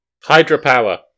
Hydropower